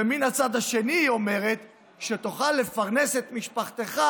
ומצד שני תוכל לפרנס את משפחתך,